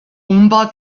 umbau